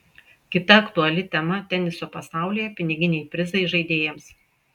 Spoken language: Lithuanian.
kita aktuali tema teniso pasaulyje piniginiai prizai žaidėjams